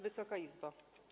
Wysoka Izbo!